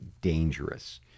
dangerous